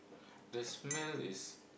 the smell is